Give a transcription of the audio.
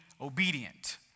obedient